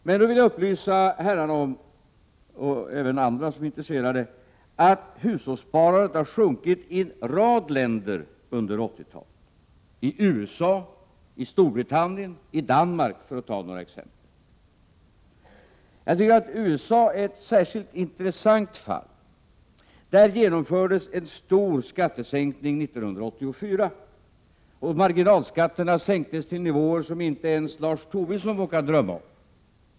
Jag vill då upplysa herrarna — och även andra som är intresserade — om att hushållssparandet under 1980-talet har sjunkit i en rad länder: i USA, i Storbritannien, i Danmark, för att ta några exempel. Jag tycker att USA är ett särskilt intressant fall. Där genomfördes en stor skattesänkning 1984. Marginalskatterna sänktes till nivåer som inte ens Lars Tobisson vågar drömma om.